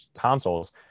consoles